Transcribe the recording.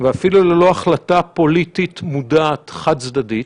ואפילו ללא החלטה פוליטית מודעת, חד-צדדית,